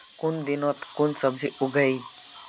कुन दिनोत कुन सब्जी उगेई?